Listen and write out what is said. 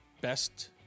best